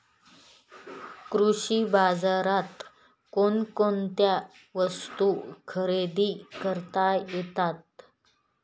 कृषी बाजारात कोणकोणत्या वस्तू खरेदी करता येतात